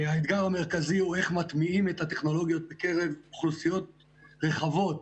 האתגר המרכזי הוא איך מטמיעים את הטכנולוגיות בקרב אוכלוסיות רחבות.